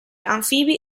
anfibi